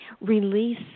release